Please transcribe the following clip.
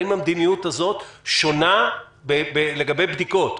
האם המדיניות הזאת שונה לגבי בדיקות,